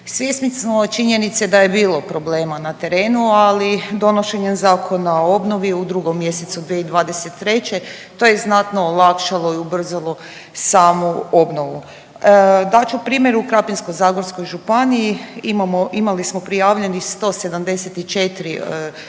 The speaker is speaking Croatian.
Svjesni smo činjenice da je bilo problema na terenu, ali donošenjem Zakona o obnovi u drugom mjesecu 2023. to je znatno olakšalo i ubrzalo samu obnovu. Dat ću primjer u Krapinsko-zagorskoj županiji. Imali smo prijavljenih 174